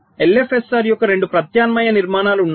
LFSR యొక్క 2 ప్రత్యామ్నాయ నిర్మాణాలు ఉన్నాయి